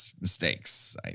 mistakes